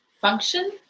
function